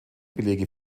belege